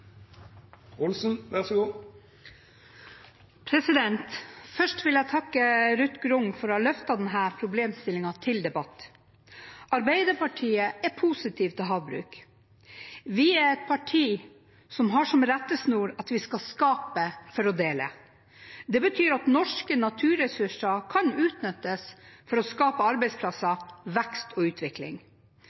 positiv til havbruk. Vi er et parti som har som rettesnor at vi skal skape for å dele. Det betyr at norske naturressurser kan utnyttes for å skape arbeidsplasser, vekst og utvikling.